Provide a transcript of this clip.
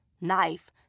knife